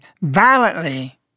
violently